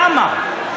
למה?